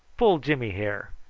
pull jimmy hair,